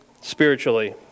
spiritually